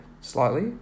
slightly